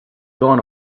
gone